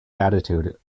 attitude